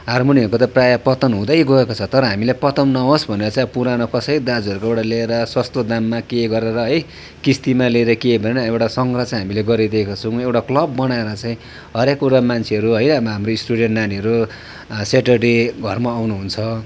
हारमोनियमहरूको त प्रायः पतन हुँदै गएको छ तर हामीले पतन नहोस् भनेर चाहिँ अब पुरानो कसै दाजुहरूकोबाट ल्याएर सस्तो दाममा के गरेर है किस्तीमा लिएर के भनेर एउटा सङ्ग्रह चाहिँ हामीले गरिदिएका छौँ एउटा क्लब बनाएर चाहिँ हरेक कुरा मान्छेहरू है अब हाम्रो स्टुडेन्ट नानीहरू सर्टरडे घरमा आउनुहुन्छ